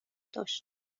داشت